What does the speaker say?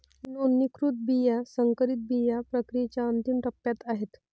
नोंदणीकृत बिया संकरित बिया प्रक्रियेच्या अंतिम टप्प्यात आहेत